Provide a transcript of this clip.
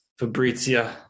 Fabrizia